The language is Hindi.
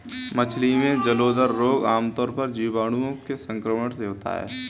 मछली में जलोदर रोग आमतौर पर जीवाणुओं के संक्रमण से होता है